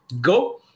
Go